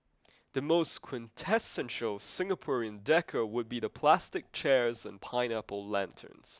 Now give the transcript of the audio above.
the most quintessential Singaporean decor would be the plastic chairs and pineapple lanterns